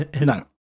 No